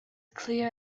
clear